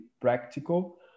practical